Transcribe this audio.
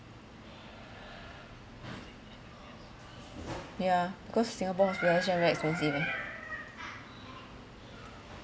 ya because singapore's hospitalisation very expensive eh